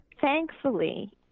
Thankfully